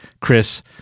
Chris